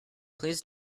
please